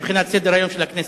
מבחינת סדר-היום של הכנסת,